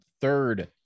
third